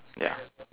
ya